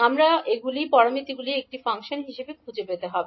আমরা গুলি এর প্যারামিটার গুলি একটি ফাংশন হিসাবে খুঁজে পেতে হবে